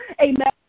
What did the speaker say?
amen